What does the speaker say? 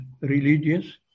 religious